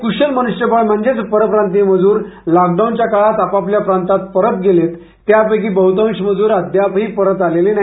कुशल मनुष्यबळ म्हणजेच परप्रांतीय मजूर लॉकडाऊनच्या काळात आपापल्या प्रांतात परत गेले होते त्यापैकी बहुतांश मजूर अद्यापही परत आलेले नाही